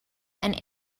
and